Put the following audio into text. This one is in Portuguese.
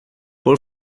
por